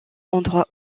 endroits